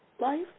Life